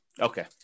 Okay